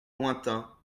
lointain